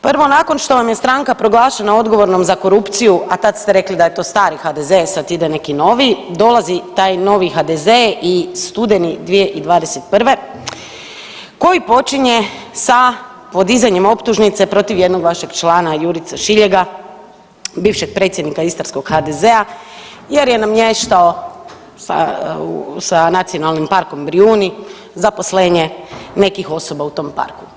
Prvo, nakon što vam je stranka proglašena odgovornom za korupciju, a tad ste rekli da je to stari HDZ, sad ide neki novi, dolazi taj novi HDZ i studeni 2021. koji počinje sa podizanjem optužnice protiv jednog vašeg člana Jurice Šiljega bivšeg predsjednika istarskog HDZ-a jer je namještao sa NP Brijuni zaposlenje nekih osoba u tom parku.